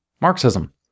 Marxism